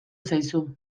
zaizu